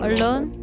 Alone